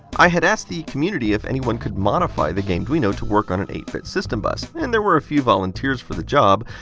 i had asked the community if anyone could modify the gameduino to work on an eight bit system bus and there were a few volunteers for the job.